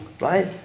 right